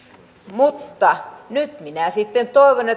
mutta nyt minä sitten